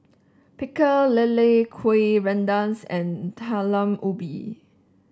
Pecel Lele Kueh Rengas and Talam Ubi